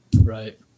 Right